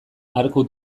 arku